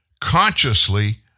consciously